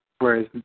whereas